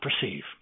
perceive